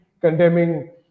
condemning